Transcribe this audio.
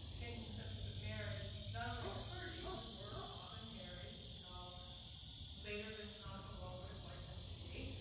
changing conceptions of marriage, not only of the clergy, who were often married until later than canonical law would have liked them to be,